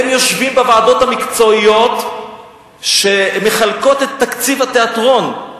הם יושבים בוועדות המקצועיות שמחלקות את תקציב התיאטרון,